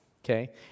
Okay